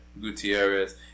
Gutierrez